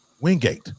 Wingate